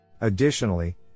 Additionally